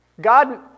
God